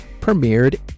premiered